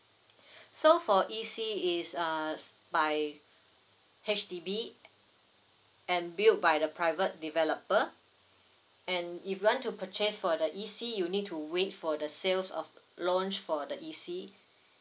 so for E_C is uh by H_D_B and built by the private developer and if you want to purchase for the E_C you need to wait for the sales of launch for the E_C